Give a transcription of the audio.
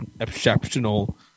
exceptional